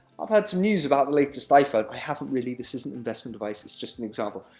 i've heard some news about the latest iphone. i haven't really, this isn't investment advice, it's just an example.